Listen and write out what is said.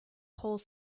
whole